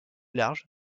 large